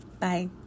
Bye